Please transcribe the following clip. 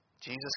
Jesus